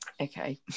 Okay